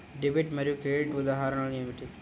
Debit మరియు credit ఉదాహరణలు ఏమిటీ?